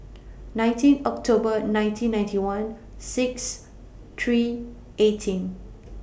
nineteen October nineteen ninety one six three eighteen